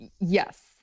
Yes